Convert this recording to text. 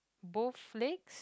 both lakes